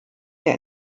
der